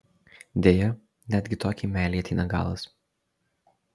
deja netgi tokiai meilei ateina galas